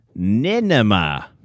Ninema